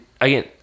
again